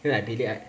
feel like billy ei~